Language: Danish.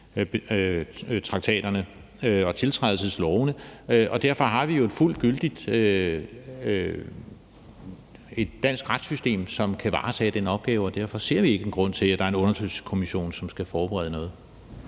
tiltrædelsestraktaterne og tiltrædelseslovene. Derfor har vi jo et fuldt gyldigt dansk retssystem, som kan varetage den opgave, og derfor ser vi ikke en grund til, at der er en undersøgelseskommission, som skal forberede noget.